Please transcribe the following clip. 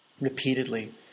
repeatedly